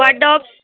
wardrobe